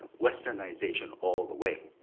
westernization all the way,